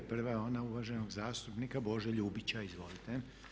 Prva je ona uvaženog zastupnika Bože Ljubića, izvolite.